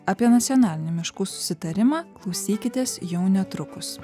apie nacionalinį miškų susitarimą klausykitės jau netrukus